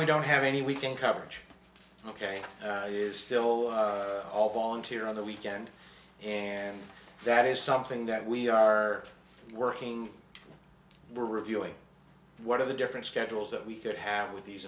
we don't have any we can coverage ok it is still all volunteer on the weekend and that is something that we are working we're reviewing what are the different schedules that we could have with these